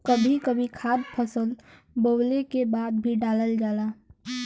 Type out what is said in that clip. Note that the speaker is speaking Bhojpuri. कभी कभी खाद फसल बोवले के बाद भी डालल जाला